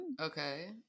okay